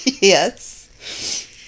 Yes